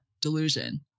delusion